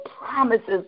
promises